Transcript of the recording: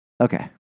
okay